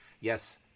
yes